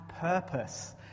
purpose